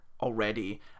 already